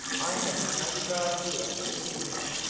i have as much right here as you have,